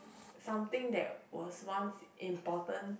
something that was once important